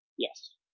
Yes